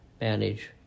manage